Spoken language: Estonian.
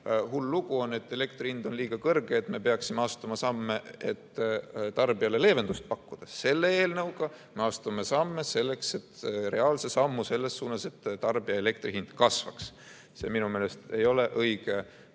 hull lugu, elektri hind on liiga kõrge, me peaksime astuma samme, et tarbijale leevendust pakkuda. Selle eelnõuga me astume reaalse sammu selles suunas, et tarbijale elektri hind kasvaks. Minu meelest ei ole see